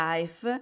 Life